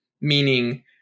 meaning